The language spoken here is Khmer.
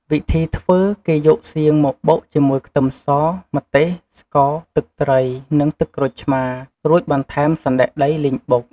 វិធីធ្វើ គេយកសៀងមកបុកជាមួយខ្ទឹមស ម្ទេស ស្ករ ទឹកត្រី និងទឹកក្រូចឆ្មារ រួចបន្ថែមសណ្ដែកដីលីងបុក។